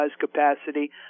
capacity